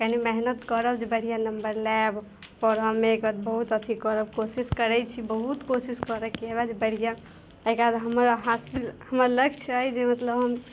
कनि मेहनत करब जे बढ़िआँ नम्बर लैब पढ़ऽमे ओकर बाद अथी करब कोशिश करै छी बहुत कोशिश करैके बढ़िआँ अइके बाद हमरा हासिल हमर लक्ष्य अइ जे मतलब हम